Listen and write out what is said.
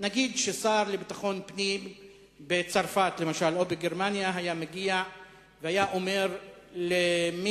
נגיד ששר לביטחון פנים בצרפת או בגרמניה היה מגיע והיה אומר למישהו: